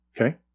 Okay